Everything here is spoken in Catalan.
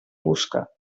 busca